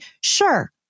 Sure